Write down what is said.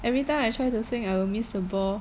every time I try to swing I will miss the ball